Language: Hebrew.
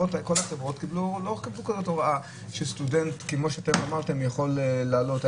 כל החברות הוראה שסטודנט יכול לעלות.